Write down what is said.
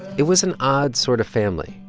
it was an odd sort of family.